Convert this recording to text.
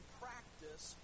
practice